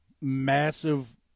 massive